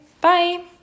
Bye